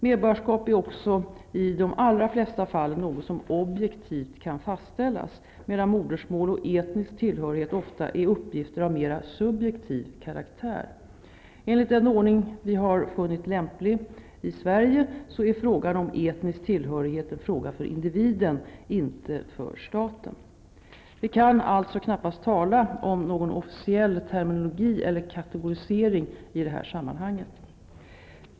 Medborgarskap är också i de allra flesta fallen något som objektivt kan fastställas, medan modersmål och etnisk tillhörighet ofta är uppgifter av mera subjektiv karaktär. Enligt den ordning vi har funnit lämplig här i Sverige är frågan om etnisk tillhörighet en fråga för individen, inte för staten. Vi kan alltså knappast tala om någon officiell terminologi eller kategorisering i detta sammanhang.